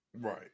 Right